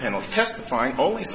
penalty testifying only